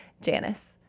Janice